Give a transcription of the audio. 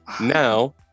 now